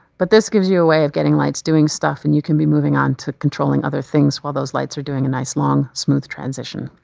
but this gives you a way of getting lights doing stuff and you can be moving on to controlling other things while those lights are doing a nice long smooth transition.